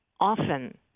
often